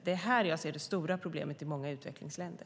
Det är här jag ser det stora problemet i många utvecklingsländer.